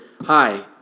hi